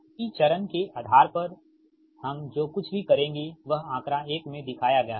प्रति चरण के आधार पर हम जो कुछ भी करेंगे वह आंकड़ा 1 में दिखाया गया है